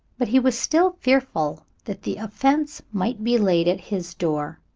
but he was still fearful that the offense might be laid at his door.